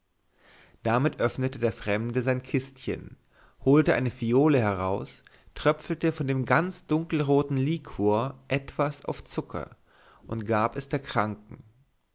damit öffnete der fremde sein kistchen holte eine phiole heraus tröpfelte von dem ganz dunkelroten liquor etwas auf zucker und gab es der kranken